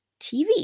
TV